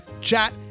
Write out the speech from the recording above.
chat